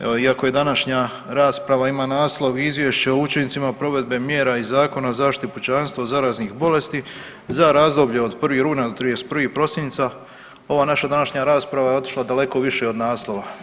Evo iako današnja rasprava ima naslov Izvješće o učincima provedbe mjera i Zakona o zaštiti pučanstva od zaraznih bolesti za razdoblje od 1. rujna do 31. prosinca ova naša današnja rasprava je otišla daleko više od naslova.